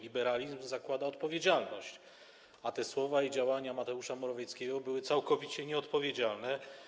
Liberalizm zakłada odpowiedzialność, a słowa i działania Mateusza Morawieckiego były całkowicie nieodpowiedzialne.